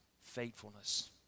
faithfulness